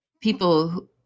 people